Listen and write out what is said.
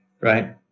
right